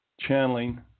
channeling